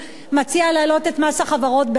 מציע להעלות את מס החברות ב-1%.